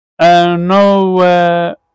no